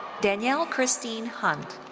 danielle christine hunt.